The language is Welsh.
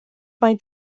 mae